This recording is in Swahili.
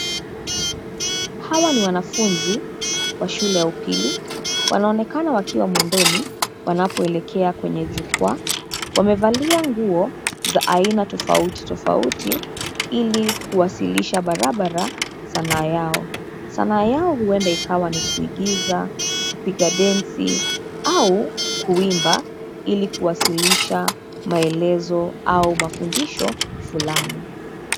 Hawa ni wanafunzi wa shule ya upili wanaonekana wakiwa mwendoni wanapo elekea kwenye jukwaa. Wamevalia nguo za aina tofauti tofauti ili kuwasirisha barabara sanaa yao. Sanaa yao huenda ikawa ni kuigiza, kupiga densi au kuimba ili kuwasilisha maelezo au mafundisho fulani.